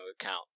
account